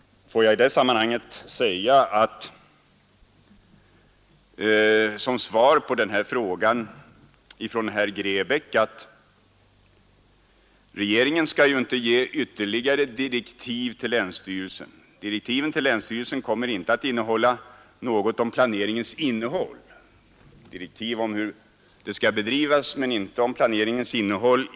Låt mig i detta sammanhang säga som svar på herr Grebäcks fråga hur — ling och hushållning regeringen skall ge ytterligare direktiv till länsstyrelsen: Direktiven till med mark och vatlänsstyrelsen kommer att avse hur planeringen skall bedrivas, inte ten planeringens innehåll.